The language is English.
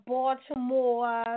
Baltimore